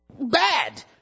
bad